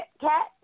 cat